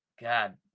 God